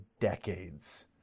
decades